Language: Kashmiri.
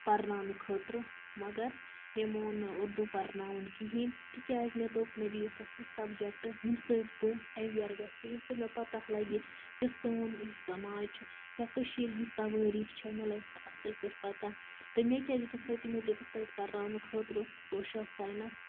پَرناونہٕ خٲطرٕ مگر مےٚ مون نہٕ اردوٗ پَرناوُن کِہیٖنۍ تکیازِ مےٚ دوٚپ مےٚ دِیِو سا سُہ سَبجَکٹ ییٚمہِ سۭتۍ بہٕ اٮ۪وِیَر گَژھٕ ییٚمہِ سۭتۍ مےٚ پَتہ لَگہِ کہِ سون یُس سماج چھِ یا کٔشیٖر ہٕنٛز تَوٲریٖخ چھےٚ مےٚ لَگہِ سۄ اَصٕل پٲٹھۍ پَتہ تہٕ مےٚ کیٛاہ دِتُکھ تَتہِ مےٚ دِتُکھ تَتہِ پَرناونہٕ خٲطرٕ سوشَل ساینَس